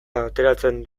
ateratzen